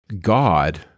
God